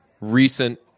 recent